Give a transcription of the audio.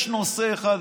יש נושא אחד,